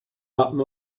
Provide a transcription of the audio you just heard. wappen